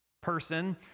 person